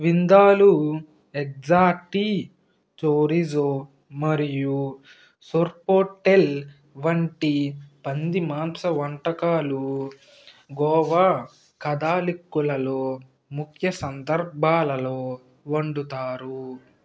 vindaloo xacuti chorizo మరియు సోర్పోటెల్ వంటి పంది మాంస వంటకాలు గోవా కధాలిక్కులలో ముఖ్య సందర్భాలలో వండుతారు